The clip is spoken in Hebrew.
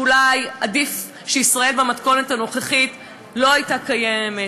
שאולי עדיף שישראל במתכונת הנוכחית לא הייתה קיימת.